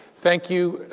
thank you,